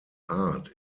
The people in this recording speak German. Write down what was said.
art